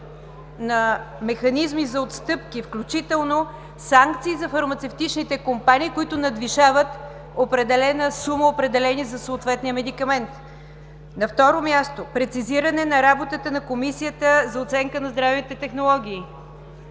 на механизми за отстъпки, включително санкции за фармацевтичните компании, които надвишават определена сума за съответния медикамент. На второ място, прецизиране на работата на Комисията за оценка на здравните технологии.